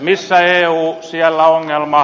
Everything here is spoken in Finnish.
missä eu siellä ongelma